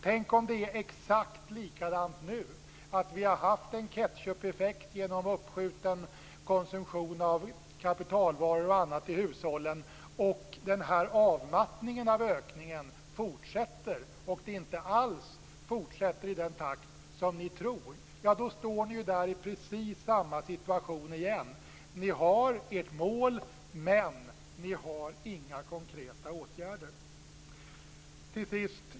Tänk om det är exakt likadant nu, dvs. att vi har haft en ketchupeffekt genom en uppskjuten konsumtion av kapitalvaror och annat i hushållen och att avmattningen av ökningen fortsätter! Det fortsätter kanske inte alls i den takt som ni tror. Då står ni ju där i precis samma situation igen. Ni har ert mål, men ni har inga konkreta åtgärder. Till sist.